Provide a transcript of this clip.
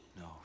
No